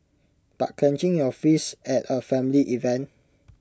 but clenching your fists at A family event